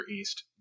East